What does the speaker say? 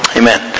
amen